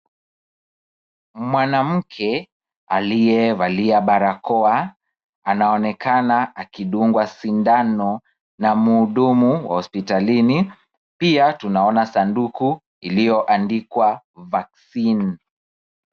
Mwanamke aliyevalia barakoa anaonekana akidungwa sindano na mhudumu wa hospitalini. Pia tunaona sanduku iliyoandikwa vaccine .